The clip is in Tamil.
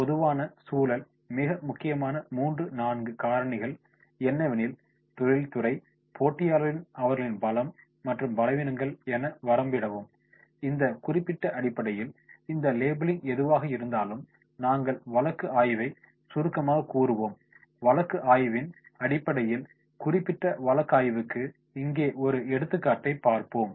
பொதுவான சூழல் மிக முக்கியமான மூன்று நான்கு காரணிகள் என்னவெனில் தொழில்துறை போட்டியாளர்கள் அவர்களின் பலம் மற்றும் பலவீனங்கள் என வரம்பிடவும் இந்த குறிப்பிட்ட அடிப்படையில் இந்த லேபிளிங் எதுவாக இருந்தாலும் நாங்கள் வழக்கு ஆய்வை சுருக்கமாகக் கூறுவோம் வழக்கு ஆய்வின் அடிப்படையில் குறிப்பிட்ட வழக்கு ஆய்வுக்கு இங்கே ஒரு எடுத்துக்காட்டை பார்ப்போம்